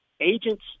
agents